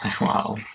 Wow